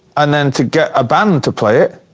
and then to get a but to play it,